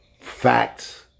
facts